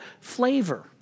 flavor